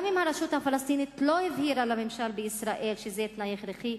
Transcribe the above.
גם אם הרשות הפלסטינית לא הבהירה לממשל בישראל שזה תנאי הכרחי,